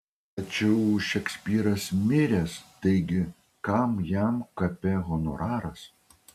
tačiau šekspyras miręs taigi kam jam kape honoraras